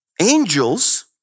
angels